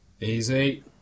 Easy